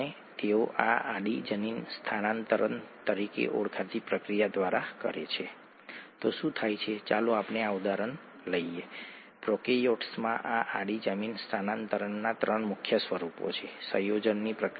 અમે કહ્યું હતું કે એસિડની રચના ત્યારબાદ પ્રોટીન એકત્રીકરણ પ્રોટીન કે જે આપણે જોઈ રહ્યા છીએ તે કેસીન હતું